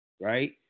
right